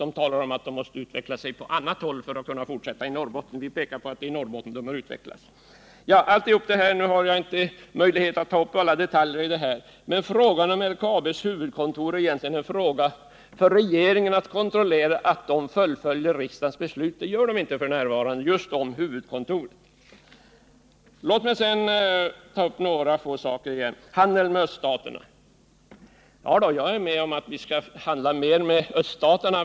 LKAB säger att företaget måste utveckla sig på annat håll för att kunna fortsätta i Norrbotten. Utskottet pekar på att det är i Norrbotten som företaget bör utvecklas. Jag har inte möjlighet att nu ta upp alla detaljer i denna sak. Men frågan om LKAB:s huvudkontor är egentligen en fråga för regeringen, som skall kontrollera att företaget fullföljer riksdagens beslut. Det gör det inte f. n. just när det gäller huvudkontoret. Jag håller med om att vi skall handla med Öststaterna.